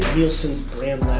neilson's brand